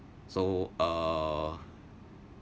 so uh